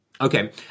Okay